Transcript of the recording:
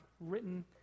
written